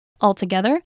Altogether